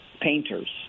painters